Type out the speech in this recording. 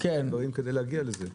להציע דברים כדי להגיע לזה.